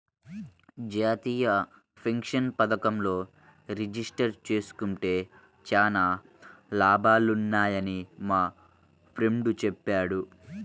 జాతీయ పెన్షన్ పథకంలో రిజిస్టర్ జేసుకుంటే చానా లాభాలున్నయ్యని మా ఫ్రెండు చెప్పాడు